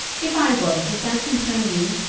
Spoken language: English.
if i were, does that concern you?